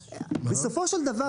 בסופו של דבר,